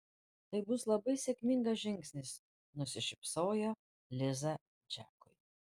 tai bus labai sėkmingas žingsnis nusišypsojo liza džekui